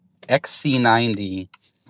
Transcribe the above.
XC90